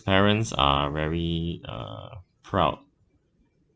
parents are very uh proud